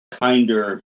kinder